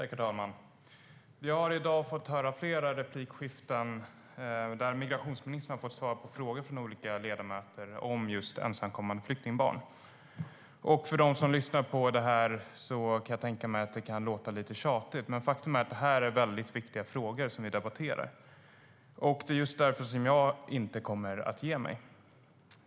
Herr talman! Vi har i dag fått höra flera replikskiften där migrationsministern har fått svara på frågor från olika ledamöter om just ensamkommande flyktingbarn. För dem som lyssnar kan jag tänka mig att det låter lite tjatigt, men faktum är att det är väldigt viktiga frågor som vi debatterar. Det är just därför som jag inte kommer att ge mig.